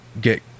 get